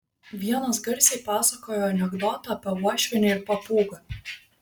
vienas garsiai pasakojo anekdotą apie uošvienę ir papūgą